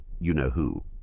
you-know-who